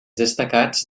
destacats